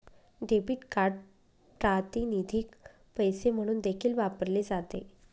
debit card प्रातिनिधिक पैसे म्हणून देखील वापरले जाते